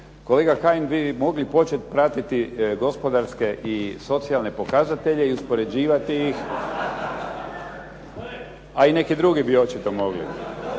Kolega Kajin, vi bi mogli početi pratiti gospodarske i socijalne pokazatelje i uspoređivati ih, a i neki drugi bi očito mogli,